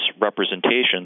representations